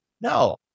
No